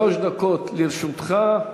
שלוש דקות לרשותך.